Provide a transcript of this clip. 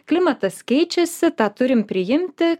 klimatas keičiasi tą turim priimti